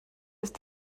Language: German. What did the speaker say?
ist